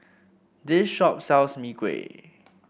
this shop sells Mee Kuah